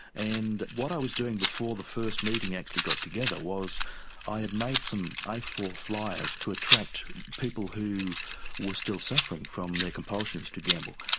and what i was doing before the first meeting actually got together was i had made some a four flyers to attract people who were still suffering from their compulsions to gamble.